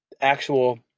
actual